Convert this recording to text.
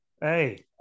Hey